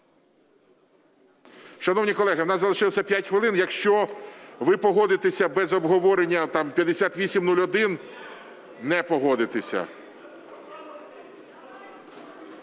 Шановні колеги, в нас залишилося 5 хвилин. Якщо ви погодитесь без обговорення, там